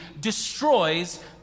destroys